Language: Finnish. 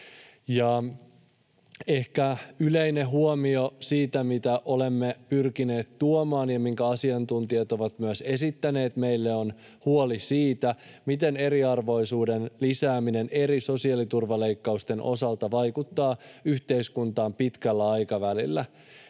Ehkä yleinen huomio, mitä olemme pyrkineet tuomaan ja minkä myös asiantuntijat ovat esittäneet meille, on huoli siitä, miten eriarvoisuuden lisääminen eri sosiaaliturvaleikkausten osalta vaikuttaa yhteiskuntaan pitkällä aikavälillä.